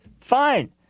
fine